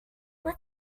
have